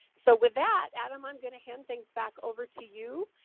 so with that, adam, i'm gonna hand things back over to you.